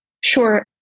Sure